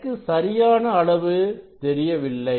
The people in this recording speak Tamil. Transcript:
எனக்கு சரியான அளவு தெரியவில்லை